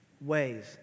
ways